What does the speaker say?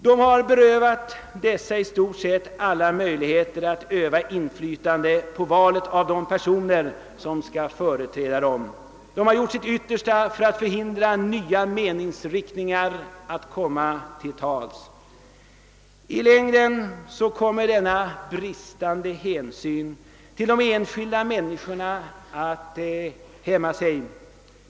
De har berövat dessa i stort sett alla möjligheter att öva inflytande på valet av de personer som skall företräda dem. De har gjort sitt yttersta för att förhindra nya meningsriktningar att komma till tals. I längden kommer denna bristande hänsyn till de enskilda människorna att hämna sig.